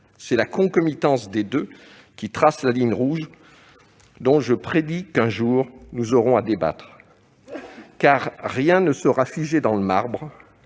C'est la concomitance des deux qui trace la ligne rouge. Je prédis qu'un jour nous aurons à en débattre. Car rien ne sera figé dans le marbre.